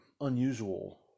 unusual